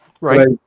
Right